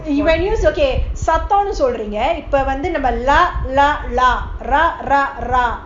imagine you use okay சத்தம்னுசொல்றீங்கஇப்போவந்து ல ள ழ ர ற:sathamnu solrenga ipo vandhu lae lha zha ra rha